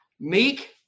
Meek